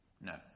No